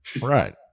Right